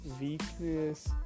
weakness